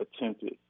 attempted